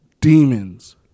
demons